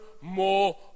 more